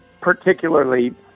particularly